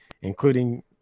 including